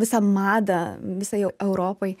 visą madą visai europai